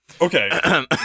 Okay